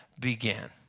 began